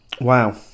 Wow